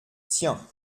tiens